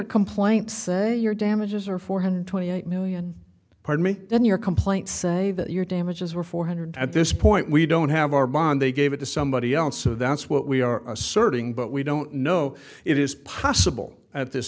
complaint say your damages are four hundred twenty eight million pardon me then your complaint say that your damages were four hundred at this point we don't have our bond they gave it to somebody else so that's what we are asserting but we don't know it is possible at this